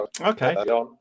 Okay